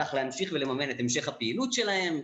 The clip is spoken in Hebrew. ובכך להמשיך ולממן את המשך הפעילות שלהם.